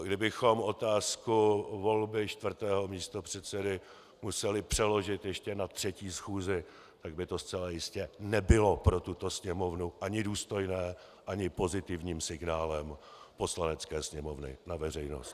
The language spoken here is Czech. Kdybychom otázku volby čtvrtého místopředsedy museli přeložit ještě na třetí schůzi, tak by to zcela jistě nebylo pro tuto Sněmovnu ani důstojné, ani pozitivním signálem Poslanecké sněmovny na veřejnost.